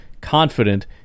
confident